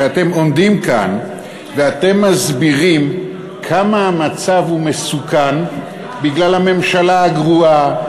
כשאתם עומדים כאן ואתם מסבירים כמה המצב הוא מסוכן בגלל הממשלה הגרועה,